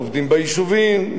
עובדים ביישובים,